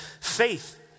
Faith